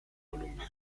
columbia